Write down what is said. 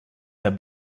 herr